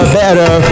better